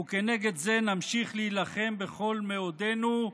וכנגד זה נמשיך להילחם בכל מאודנו,